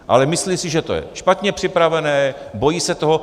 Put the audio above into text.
Ale myslí si, že to je špatně připravené, bojí se toho.